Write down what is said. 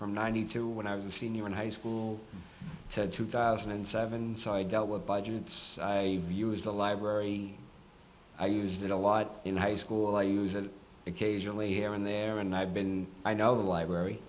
from ninety two when i was a senior in high school ted two thousand and seven so i dealt with budgets i used a library i used it a lot in high school i use it occasionally here and there and i've been i know the library